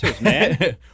man